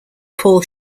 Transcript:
paul